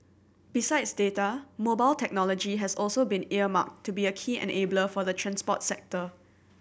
besides data mobile technology has also been earmarked to be a key enabler for the transport sector